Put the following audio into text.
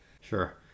sure